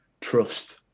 trust